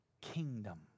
kingdom